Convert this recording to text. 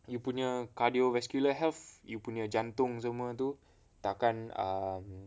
you punya cardiovascular health you punya jantung semua tu tak akan um